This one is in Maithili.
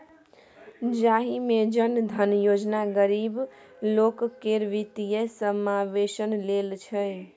जाहि मे जन धन योजना गरीब लोक केर बित्तीय समाबेशन लेल छै